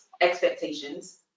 expectations